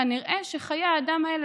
כנראה שחיי האדם האלה,